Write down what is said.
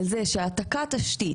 על זה שהעתקת תשתית,